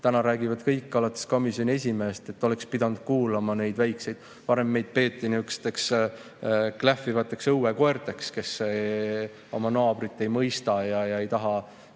Täna räägivad kõik, alates komisjoni esimehest, et oleks pidanud kuulama neid väikseid. Varem meid peeti nihukesteks klähvivateks õuekoerteks, kes oma naabrit ei mõista ega taha